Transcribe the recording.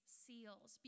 seals